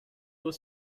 was